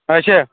اَچھا